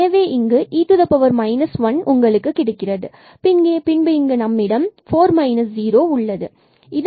எனவே இங்கு e 1 உங்களுக்கு கிடைக்கிறது மற்றும் பின்பு இங்கு நம்மிடம் 4 0 உள்ளது